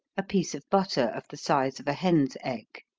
a piece of butter, of the size of a hen's egg.